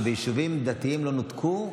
שביישובים דתיים לא נותקו.